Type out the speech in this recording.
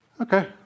Okay